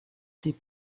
ses